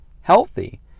healthy